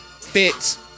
fits